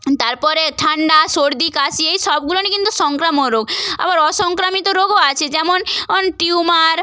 তারপরে ঠান্ডা সর্দি কাশি এইসবগুলোই কিন্তু সংক্রামক রোগ আবার অসংক্রামিত রোগও আছে যেমন অন টিউমার